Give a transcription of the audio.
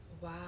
Wow